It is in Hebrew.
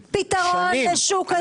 אין שום פתרון לשוק הדיור.